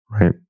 Right